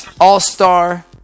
all-star